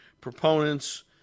proponents